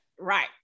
Right